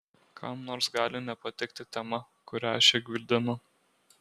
kam nors gali nepatikti tema kurią aš čia gvildenu